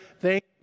Thank